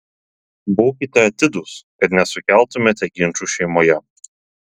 būkite atidūs kad nesukeltumėte ginčų šeimoje